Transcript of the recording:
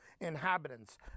inhabitants